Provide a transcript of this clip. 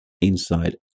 inside